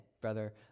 Brother